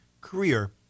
career